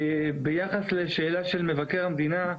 ביחס לשאלה של מבקר המדינה,